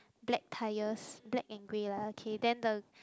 black tires black and grey lah okay then the